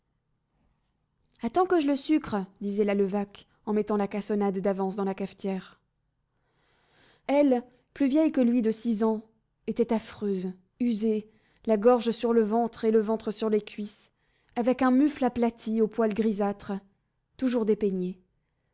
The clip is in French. attends que je le sucre disait la levaque en mettant la cassonade d'avance dans la cafetière elle plus vieille que lui de six ans était affreuse usée la gorge sur le ventre et le ventre sur les cuisses avec un mufle aplati aux poils grisâtres toujours dépeignée